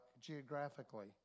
geographically